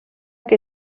que